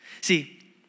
See